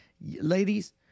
Ladies